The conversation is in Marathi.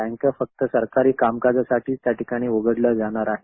बँका फक्त सरकारी कामकाजासाठी त्या ठिकाणी उघडल्या जाणार आहेत